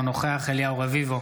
אינו נוכח אליהו רביבו,